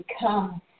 become